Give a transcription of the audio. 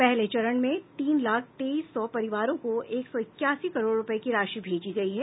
पहले चरण में तीन लाख तेईस सौ परिवारों को एक सौ इक्यासी करोड़ रुपये की राशि भेजी गयी है